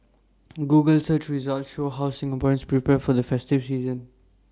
Google search results show how Singaporeans prepare for the festive season